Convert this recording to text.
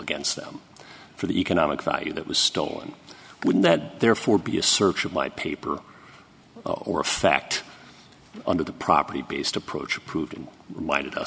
against them for the economic value that was stolen wouldn't that therefore be a search of my paper or fact under the property based approach of proving reminded us